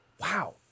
Wow